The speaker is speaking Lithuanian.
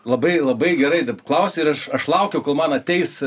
labai labai gerai klausi ir aš aš laukiu kol man ateis